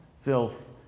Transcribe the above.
filth